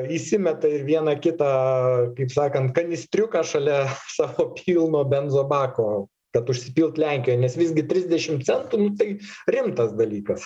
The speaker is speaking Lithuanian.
įsimeta į vieną kitą kaip sakant kanistriuką šalia savo pilno benzo bako kad užsipilt lenkijoj nes visgi trisdešim centų nu tai rimtas dalykas